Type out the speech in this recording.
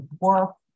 work